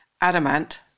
Adamant